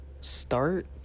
start